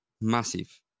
massive